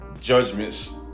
judgments